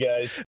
guys